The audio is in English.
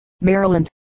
Maryland